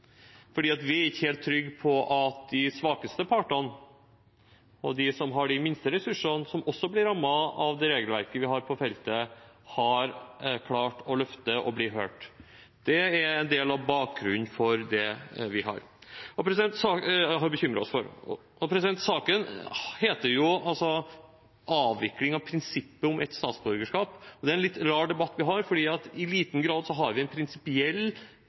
vi er ikke helt trygge på at de svakeste partene og de som har minst ressurser, som også blir rammet av det regelverket vi har på feltet, har klart å løfte dette og bli hørt. Det er en del av bakgrunnen for det vi har bekymret oss for. Saken heter jo «avvikling av prinsippet om ett statsborgerskap». Og det er en litt rar debatt vi har, for vi har i liten grad en prinsipiell tilnærming til dette. Det mener jeg også er en